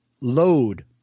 Load